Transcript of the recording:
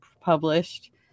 published